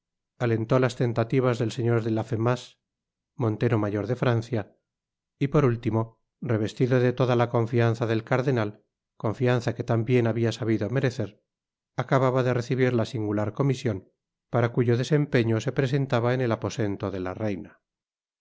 alentó las tentativas del señor de laffemas montero mayor de francia y por último revestido de toda la confianza del cardenal confianza que tan bien habia sabido merecer acababa de recibir la singular comision para cuyo desempeño se presentaba en et aposento de la reina